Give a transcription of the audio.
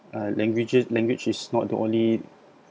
uh languages language is not the only